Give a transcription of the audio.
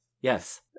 Yes